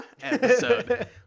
episode